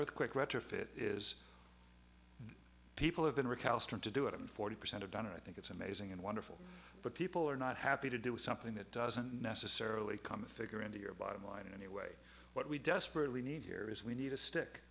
earthquake retrofit is people have been recalcitrant to do it in forty percent of done and i think it's amazing and wonderful but people are not happy to do something that doesn't necessarily come figure into your bottom line in any way what we desperately need here is we need a stick